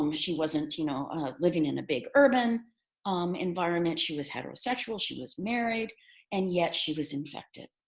um she wasn't you know living in a big urban um environment. she was heterosexual. she was married and yet she was infected.